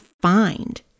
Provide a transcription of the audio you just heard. find